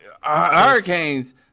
Hurricanes